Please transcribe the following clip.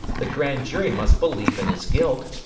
the grand jury must believe in his guilt.